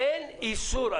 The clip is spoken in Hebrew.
אין איסור.